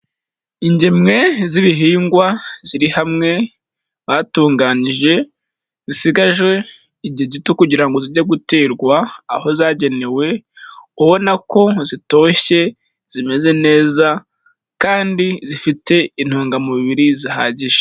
Ingemwe z'ibihingwa ziri hamwe batunganije zisigaje igihe gito kugira ngo zijye guterwa aho zagenewe, ubona ko zitoshye zimeze neza kandi zifite intungamubiri zihagije.